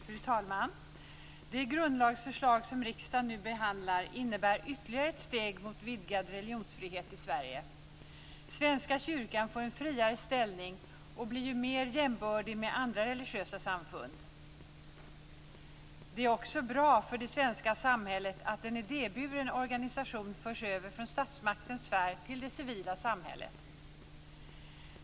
Fru talman! Det grundlagsförslag som riksdagen nu behandlar innebär ytterligare ett steg mot vidgad religionsfrihet i Sverige. Svenska kyrkan får en friare ställning och blir mer jämbördig med andra religiösa samfund. Det är också bra för det svenska samhället att en idéburen organisation förs över från statsmaktens sfär till det civila samhället.